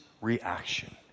reaction